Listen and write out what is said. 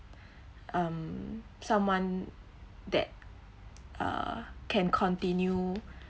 um someone that uh can continue